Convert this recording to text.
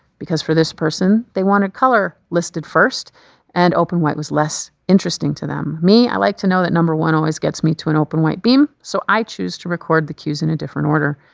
because for this person, they want a color listed first and open white was less interesting to them. me, i like to know that number one always gets me to an open white beam, so i choose to record the cues in a different order.